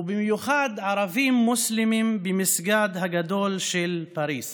ובמיוחד ערבים מוסלמים במסגד הגדול של פריז